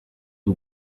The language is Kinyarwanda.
y’u